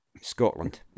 Scotland